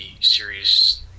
series